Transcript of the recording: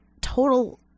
total